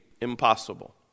impossible